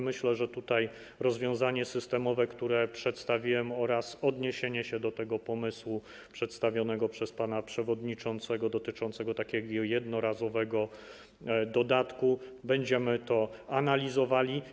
Myślę, że jeśli chodzi o rozwiązanie systemowe, które przedstawiłem, oraz odniesienie się do pomysłu przedstawionego przez pana przewodniczącego, dotyczącego takiego jednorazowego dodatku, będziemy to analizowali.